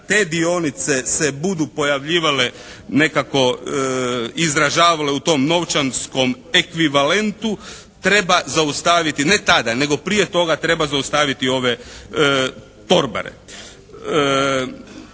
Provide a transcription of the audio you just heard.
te dionice se budu pojavljivale nekako izražavale u tom novčarskom ekvivalentu treba zaustaviti, ne tada nego prije toga treba zaustaviti ove torbare.